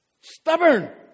Stubborn